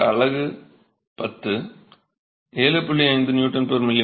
எனக்கு அலகு 10 7